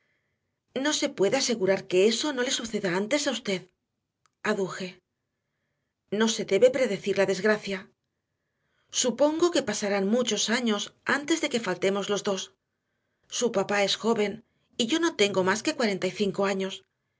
no se puede asegurar que eso no le suceda antes a usted aduje no se debe predecir la desgracia supongo que pasarán muchos años antes de que faltemos los dos su papá es joven y yo no tengo más que cuarenta y cinco años